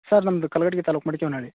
sir ನಮ್ಮದು ಕಲ್ಗಡ್ಗಿ ತಾಲೂಕು ಮಡಿಕೇವ್ನ ಹಳ್ಳಿ